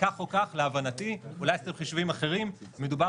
וכך או לכך להבנתי אולי עשיתם חישובים אחרים מדובר